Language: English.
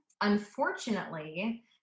Unfortunately